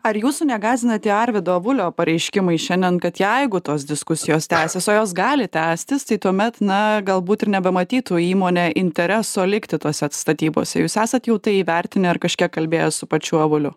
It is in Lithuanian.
ar jūsų negąsdina tie arvydo avulio pareiškimai šiandien kad jeigu tos diskusijos tęsis jos gali tęstis tai tuomet na galbūt ir nebematytų įmonė intereso likti tose statybose jūs esat jau tai įvertinę ir kažkiek kalbėję su pačiu avuliu